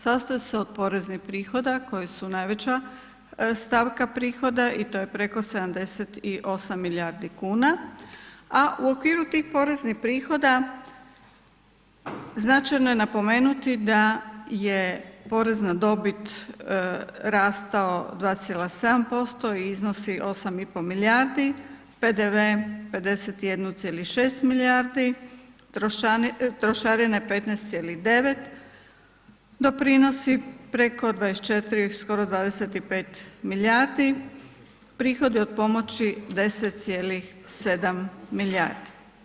Sastoje se od poreznih prihoda koja su najveća stavka prihoda i to je preko 78 milijardi kuna, a u okviru tih poreznih prihoda značajno je napomenuti da je porez na dobit rastao 2,7% i iznosi 8,5 milijardi, PDV 51,6 milijardi, trošarine 15,9, doprinosi preko 24 skoro 25 milijardi, prihodi od pomoći 10,7 milijardi.